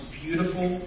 beautiful